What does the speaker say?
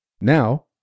Now